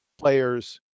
players